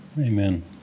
Amen